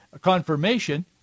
confirmation